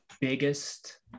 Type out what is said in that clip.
biggest